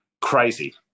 Crazy